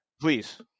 Please